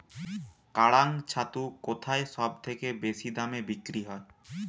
কাড়াং ছাতু কোথায় সবথেকে বেশি দামে বিক্রি হয়?